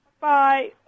Bye